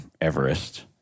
Everest